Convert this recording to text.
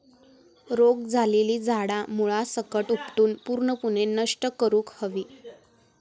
रोग झालेली झाडा मुळासकट उपटून पूर्णपणे नष्ट करुक हवी